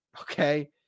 okay